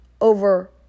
over